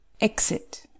EXIT